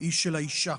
היא של האישה,